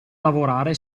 lavorare